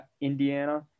Indiana